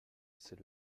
c’est